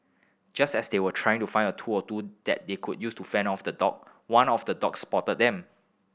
just as they were trying to find a tool or two that they could use to fend off the dog one of the dogs spotted them